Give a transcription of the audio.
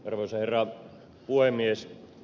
arvoisa herra puhemies